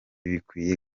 bikwiye